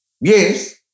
Yes